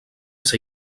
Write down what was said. ser